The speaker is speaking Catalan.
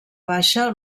baixa